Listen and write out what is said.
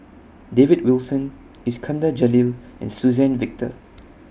David Wilson Iskandar Jalil and Suzann Victor